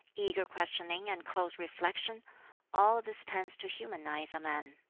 eager questioning and close reflection all this tends to humanize a man.